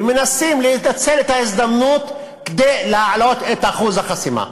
ומנסים לנצל את ההזדמנות כדי להעלות את אחוז החסימה.